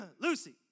Lucy